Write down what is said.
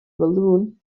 walloon